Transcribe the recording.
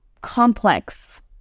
complex